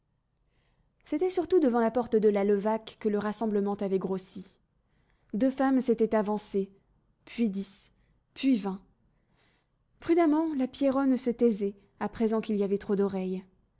c'était surtout devant la porte de la levaque que le rassemblement avait grossi deux femmes s'étaient avancées puis dix puis vingt prudemment la pierronne se taisait à présent qu'il y avait trop d'oreilles